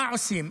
מה עושים?